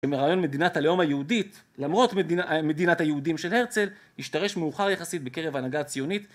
רעיון מדינת הלאום היהודית למרות מדינת היהודים של הרצל השתרש מאוחר יחסית בקרב ההנהגה הציונית